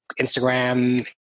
Instagram